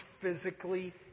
physically